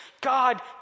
God